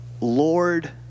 Lord